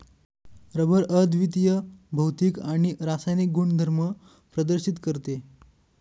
rubber अद्वितीय भौतिक आणि रासायनिक गुणधर्म प्रदर्शित करते